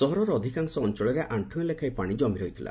ସହରର ଅଧିକାଂଶ ଅଞ୍ଞଳରେ ଆକ୍ଷୁଏ ଲେଖାଏଁ ପାଣି କମି ରହିଥିଲା